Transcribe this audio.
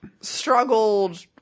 struggled